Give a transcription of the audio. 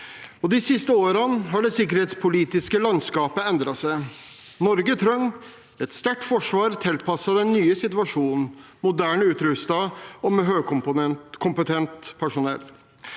De siste årene har det sikkerhetspolitiske landskapet endret seg. Norge trenger et sterkt forsvar tilpasset den nye situasjonen, moderne utrustet og med høykompetent personell.